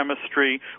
chemistry